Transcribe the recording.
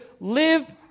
live